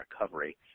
recovery